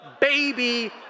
Baby